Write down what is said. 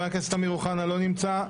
חבר הכנסת אמיר אוחנה לא נמצא.